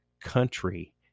country